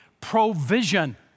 provision